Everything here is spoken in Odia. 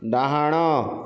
ଡ଼ାହାଣ